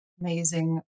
Amazing